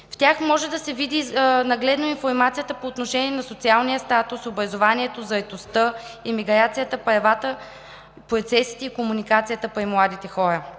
В тях може да се види нагледно информацията по отношение на социалния статус, образованието, заетостта и миграцията, правата, процесите и комуникацията при младите хора.